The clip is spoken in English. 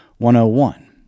101